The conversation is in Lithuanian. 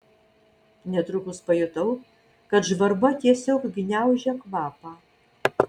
netrukus pajutau kad žvarba tiesiog gniaužia kvapą